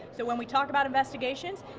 so when we talk about investigations,